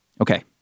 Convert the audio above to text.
Okay